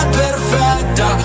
perfetta